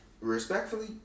respectfully